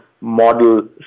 model